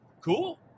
cool